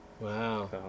Wow